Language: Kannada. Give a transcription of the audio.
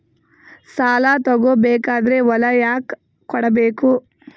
ಸಾಲ ತಗೋ ಬೇಕಾದ್ರೆ ಹೊಲ ಯಾಕ ಕೊಡಬೇಕು?